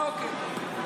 אוקיי.